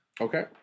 Okay